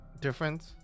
different